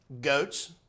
Goats